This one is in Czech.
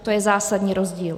To je zásadní rozdíl.